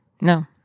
No